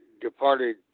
departed